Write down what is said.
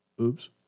oops